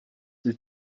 the